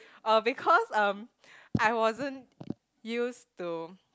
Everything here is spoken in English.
uh because um I wasn't used to